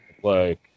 play